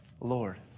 Lord